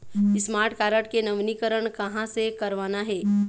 Smart card के नवीनीकरण कहां से करवाना हे?